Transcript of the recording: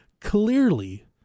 clearly